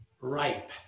Ripe